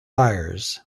buyers